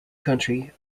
country